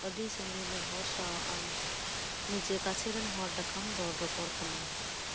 ᱟᱹᱰᱤ ᱥᱟᱹᱜᱤᱧ ᱨᱮᱱ ᱦᱚᱲ ᱥᱟᱶ ᱟᱢ ᱱᱤᱡᱮ ᱠᱟᱪᱷᱮ ᱨᱮᱱ ᱦᱚᱲ ᱞᱮᱠᱟᱢ ᱨᱚᱲ ᱨᱚᱯᱚᱲ ᱠᱟᱱᱟ